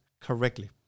correctly